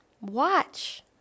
Watch